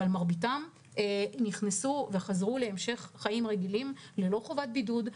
מרביתם נכנסו וחזרו להמשך חיים רגילים ללא חובת בידוד,